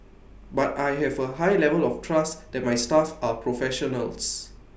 but I have A high level of trust that my staff are professionals